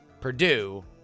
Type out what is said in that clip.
Purdue